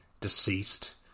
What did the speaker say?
deceased